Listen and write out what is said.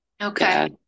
Okay